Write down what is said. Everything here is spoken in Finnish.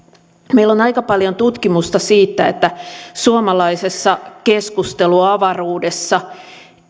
meillä on aika paljon tutkimusta siitä että suomalaisessa keskusteluavaruudessa